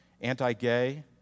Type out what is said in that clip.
anti-gay